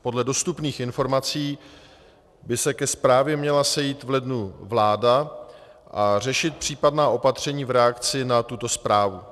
Podle dostupných informací by se ke zprávě měla sejít v lednu vláda a řešit případná opatření v reakci na tuto zprávu.